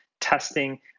testing